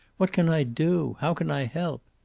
what can i do? how can i help?